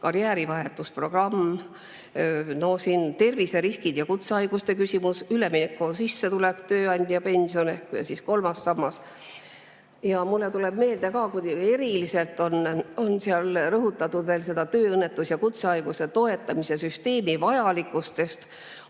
karjäärivahetusprogramm, terviseriskide ja kutsehaiguste küsimus, üleminekuaja sissetulek, tööandjapension ehk kolmas sammas. Mulle tuleb meelde, et kuidagi eriliselt on seal rõhutatud veel seda tööõnnetuste ja kutsehaiguste [hüvitamise] süsteemi vajalikkust, sest